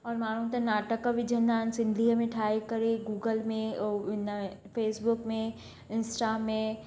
और माण्हू त नाटक विझंदा आहिनि सिंधीअ में ठाहे करे गूगल में ऐं इन फेसबुक में इंस्टा में